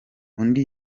undi